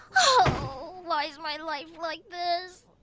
oh, why is my life like this!